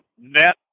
net